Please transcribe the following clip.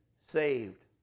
saved